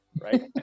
right